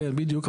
כן, בדיוק.